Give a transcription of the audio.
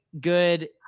good